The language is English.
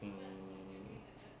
um